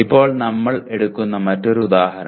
ഇപ്പോൾ നമ്മൾ എടുക്കുന്ന മറ്റൊരു ഉദാഹരണം